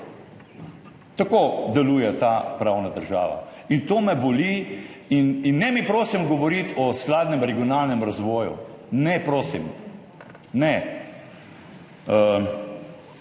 Tako deluje ta pravna država. In to me boli. In ne mi, prosim, govoriti o skladnem regionalnem razvoju. Ne, prosim. Ne.